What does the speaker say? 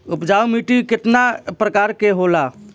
उपजाऊ माटी केतना प्रकार के होला?